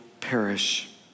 perish